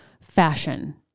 fashion